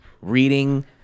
reading